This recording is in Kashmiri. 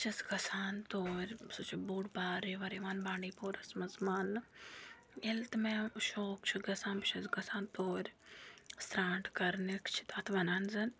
بہٕ چھَس گژھان تور سُہ چھِ بوٚڑ بار رِوَر یِوان بانٛڈی پورَس مَنٛز ماننہٕ ییٚلہِ تہِ مےٚ شوق چھُ گَژھان بہٕ چھَس گژھان توٗرۍ سانٛٹھ کَرنکھ چھِ تتھ وَنان زَن